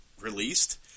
released